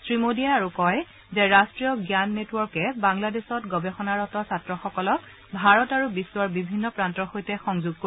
শ্ৰী মোডীয়ে আৰু কয় যে নেশ্যনেল নলেজ নেটৱৰ্কে বাংলাদেশত গৱেষণাৰত ছাত্ৰসকলক ভাৰত আৰু বিশ্বৰ বিভিন্ন প্ৰান্তৰ সৈতে সংযোগ কৰিব